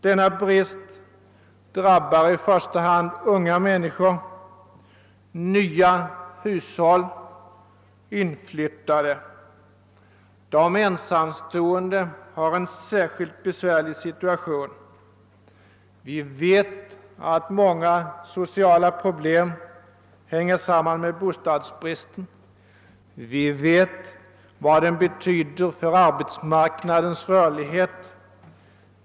Denna brist drabbar i första hand unga människor, nya hushåll, inflyttade. De ensamstående har en särskilt besvärlig situation. Vi vet att många sociala problem hänger samman med bostadsbristen. Vi vet vad den betyder för arbetsmarknadens rörlighet.